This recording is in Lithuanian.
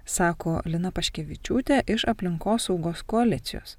sako lina paškevičiūtė iš aplinkosaugos koalicijos